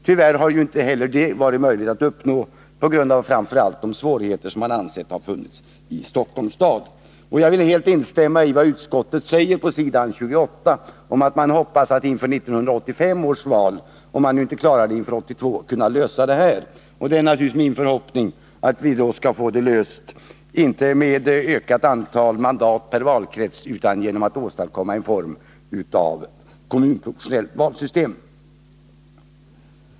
Tyvärr har inte heller detta varit möjligt att uppnå på grund av framför allt de svårigheter som man ansett har funnits i Stockholms kommun. Jag vill helt instämma i vad utskottet säger på s. 28, nämligen att man hoppas att inför 1985 års val — om man nu inte klarar det inför 1982 års val — kunna lösa den här frågan. Det är naturligtvis min förhoppning att vi då skall få frågan löst, inte med ökat antal mandat per valkrets utan genom att åstadkomma en form av kommunproportionellt valsystem.